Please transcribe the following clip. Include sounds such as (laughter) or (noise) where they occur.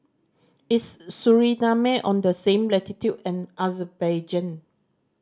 is Suriname on the same latitude (unintelligible) as Azerbaijan